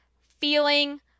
feeling